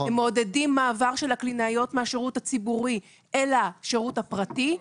הם מעודדים מעבר של הקלינאיות מהשירות הציבורי אל השירות הפרטי.